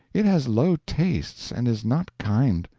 it has low tastes, and is not kind.